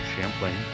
Champlain